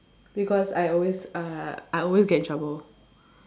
because I always uh I always get in trouble